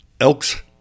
Elks